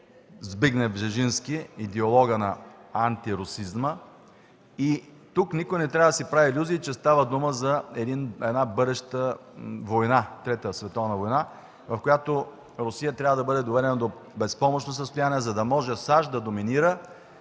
Збигнев Бжежински – идеологът на антирусизма. Тук никой не трябва да си прави илюзии, че става дума за една бъдеща – Трета световна война, в която Русия трябва да бъде доведена до безпомощно състояние, за да може САЩ да доминира.